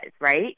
right